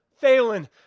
Phelan